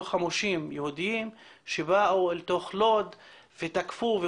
חמושים יהודים שבאו לתוך לוד ותקפו,